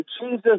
Jesus